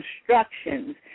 instructions